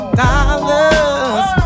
dollars